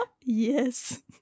yes